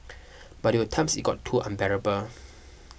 but there were times it got too unbearable